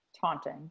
Taunting